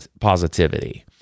positivity